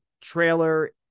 trailer